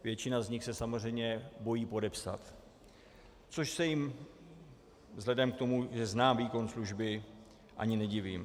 Většina z nich se samozřejmě bojí podepsat, což se jim vzhledem k tomu, že znám výkon služby, ani nedivím.